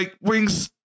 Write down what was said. Wings